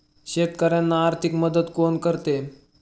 शेतकऱ्यांना आर्थिक मदत कोण करते?